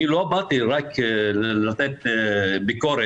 אני לא באתי רק לתת ביקורת,